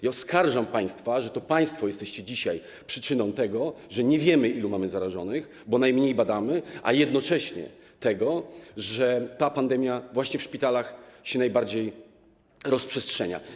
I oskarżam państwa, że to państwo jesteście dzisiaj przyczyną tego, że nie wiemy, ilu mamy zarażonych, bo najmniej badamy, a jednocześnie tego, że ta pandemia właśnie w szpitalach najbardziej się rozprzestrzenia.